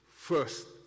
First